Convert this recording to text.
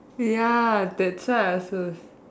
ya that's why I also